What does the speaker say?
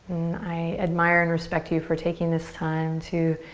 i admire and respect you for taking this time to